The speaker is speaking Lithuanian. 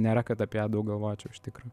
nėra kad apie ją daug galvočiau iš tikro